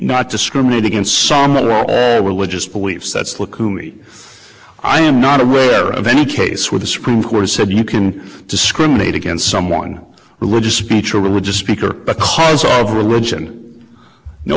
not discriminate against some of the religious beliefs that's look you meet i am not aware of any case where the supreme court said you can discriminate against someone religious speech or religious speaker because of religion no